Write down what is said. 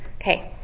Okay